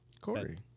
Corey